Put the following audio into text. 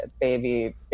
baby